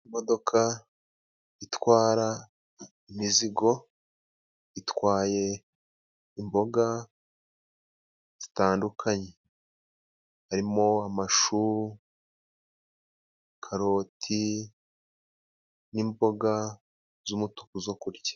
Imodoka itwara imizigo itwaye imboga zitandukanye harimo amashu, karoti n'imboga z'umutuku zo kurya.